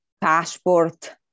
passport